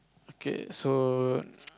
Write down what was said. okay so